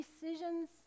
decisions